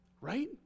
right